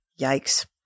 Yikes